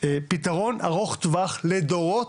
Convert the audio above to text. פתרון ארוך טווח לדורות.